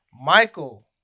Michael